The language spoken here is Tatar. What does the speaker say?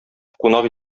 кунак